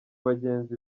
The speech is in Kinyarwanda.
bagenzi